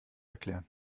erklären